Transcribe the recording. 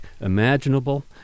imaginable